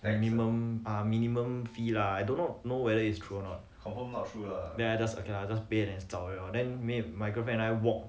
their minimum fee lah I do not know whether is true or ya ok lah just paid and just zao already lor then me my girlfriend and I walk